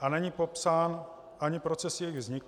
a není popsán ani proces jejich vzniku.